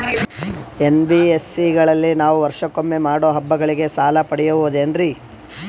NBSC ಗಳಲ್ಲಿ ನಾವು ವರ್ಷಕೊಮ್ಮೆ ಮಾಡೋ ಹಬ್ಬಗಳಿಗೆ ಸಾಲ ಪಡೆಯಬಹುದೇನ್ರಿ?